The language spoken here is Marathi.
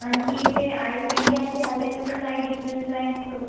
आणखी ते आय ट्वेंटी आणखी आय टेनमध्ये काय डिफरन्स आहे सो